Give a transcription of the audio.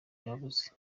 yabuze